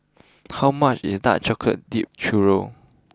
how much is Dark chocolate Dipped Churro